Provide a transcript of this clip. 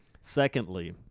Secondly